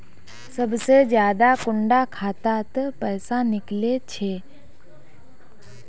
सबसे ज्यादा कुंडा खाता त पैसा निकले छे?